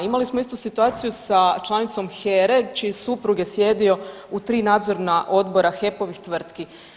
Imali smo isto situaciju sa članicom HERA-e čiji suprug je sjedio u tri nadzorna odbora HEP-ovih tvrtki.